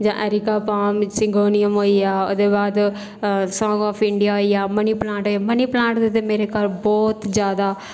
जां areca palm syngonium होई गेआ ओह्दे बाद सांग ऑफ इंडिया होई गेआ मनी प्लांट मनी प्लांट दे ते मेरे घर बोह्त जादा